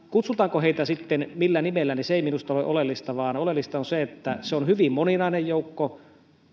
kutsutaanko heitä sitten millä nimellä niin se ei minusta ole oleellista vaan oleellista on se että se on hyvin moninainen joukko